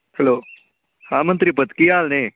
hello ਹਾਂ ਮੰਤਰੀ ਪੁੱਤ ਕੀ ਹਾਲ ਨੇ